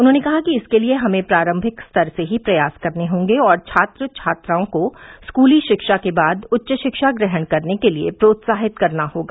उन्होंने कहा कि इसके लिए हमें प्रारंभिक स्तर से ही प्रयास करने होंगे और छात्र छात्राओं को स्कूली शिक्षा के बाद उच्च शिक्षा ग्रहण करने के लिए प्रोत्साहित करना होगा